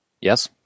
Yes